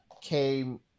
came